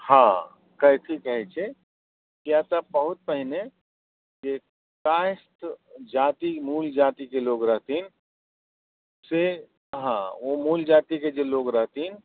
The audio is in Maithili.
हँ कैथी कहै छै किएक तऽ बहुत पहिने जे काइस्थ जाति मूल जातिके लोक रहथिन से हँ ओ मूल जातिके जे लोक रहथिन